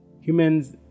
Humans